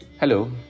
hello